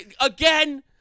again